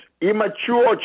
immature